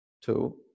two